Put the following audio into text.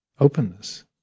openness